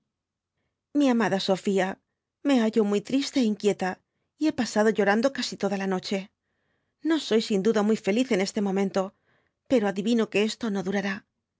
jvli amada sofía me hallo may tríale é inquieta y ké pasado uorando casi toda la noche no soy sin duda muy feliz en este momento pero adi vino que esto no durará